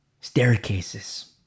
staircases